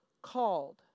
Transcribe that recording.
called